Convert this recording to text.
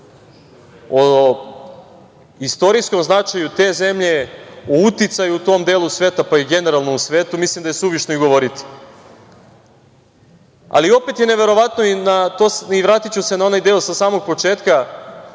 o istorijskom značaju te zemlje, o uticaju u tom delu sveta, pa i generalno u svetu, mislim da je suvišno govoriti. Ali, opet je neverovatno i vratiću se na onaj deo početka,